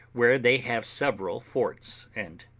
where they have several forts, and,